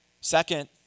Second